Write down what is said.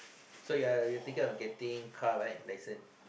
so you're you are thinking of getting car right license